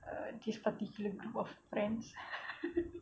err this particular group of friends